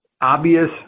obvious